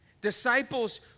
Disciples